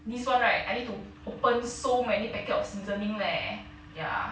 this one right I need to open so many packet of seasoning leh ya